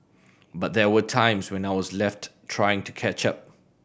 but there were times when I was left trying to catch up